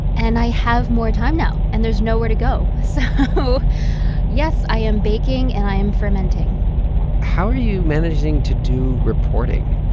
and i have more time now, and there's nowhere to go. so yes, i am baking, and i am fermenting how are you managing to do reporting